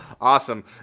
awesome